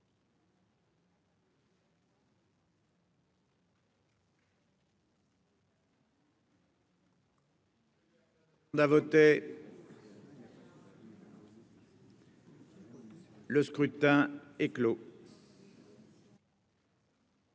Le scrutin est clos.